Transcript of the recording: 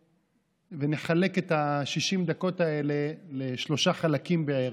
ונחלק את 60 הדקות האלה לשלושה חלקים בערך: